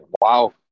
Wow